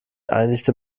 einigte